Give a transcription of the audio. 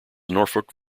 norfolk